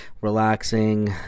relaxing